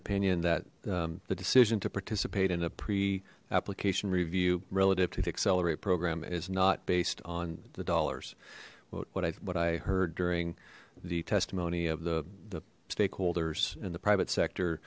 opinion that the decision to participate in a pre application review relative to the accelerate program is not based on the dollars what i heard during the testimony of the the stakeholders and the private sector